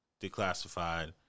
declassified